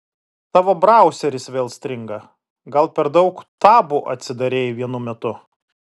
tavo brauseris vėl stringa gal per daug tabų atsidarei vienu metu